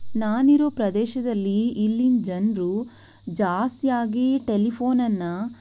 ನಾನಿರೋ ಪ್ರದೇಶದಲ್ಲಿ ಇಲ್ಲಿನ ಜನರು ಜಾಸ್ತಿಯಾಗಿ ಟೆಲಿಫೋನನ್ನು